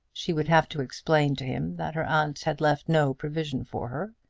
she would have to explain to him that her aunt had left no provision for her,